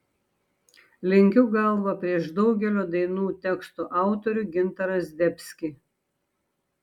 lenkiu galvą prieš daugelio dainų tekstų autorių gintarą zdebskį